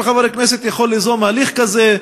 כל חבר כנסת יכול ליזום הליך כזה,